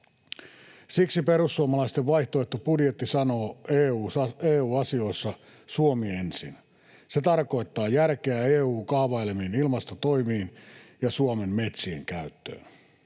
Siksi perussuomalaisten vaihtoehtobudjetti sanoo: EU-asioissa Suomi ensin. Se tarkoittaa järkeä EU:n kaavailemiin ilmastotoimiin ja Suomen metsien käyttöön.